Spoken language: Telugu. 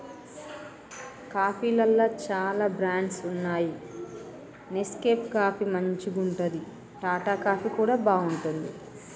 కాఫీలల్ల చాల బ్రాండ్స్ వున్నాయి నెస్కేఫ్ కాఫీ మంచిగుంటది, టాటా కాఫీ కూడా బాగుంటది